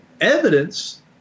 evidence